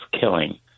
killing